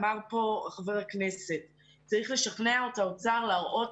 אמר כאן חבר הכנסת שצריך לשכנע את האוצר להראות